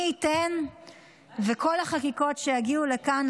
מי ייתן וכל החקיקות שיגיעו לכאן,